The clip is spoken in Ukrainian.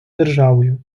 державою